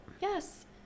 Yes